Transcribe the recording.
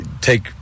take